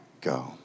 go